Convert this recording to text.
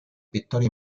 pittori